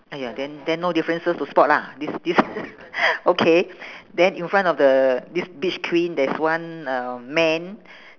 !aiya! then then no differences to spot lah this this okay then in front of the this beach queen there's one um man